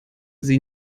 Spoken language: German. sie